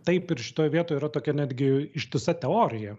taip ir šitoj vietoj yra tokia netgi ištisa teorija